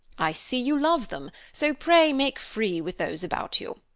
i see you love them, so pray make free with those about you.